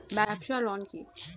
ব্যবসায় ঋণ কি?